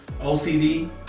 OCD